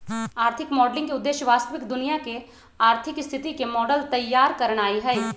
आर्थिक मॉडलिंग के उद्देश्य वास्तविक दुनिया के आर्थिक स्थिति के मॉडल तइयार करनाइ हइ